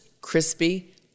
crispy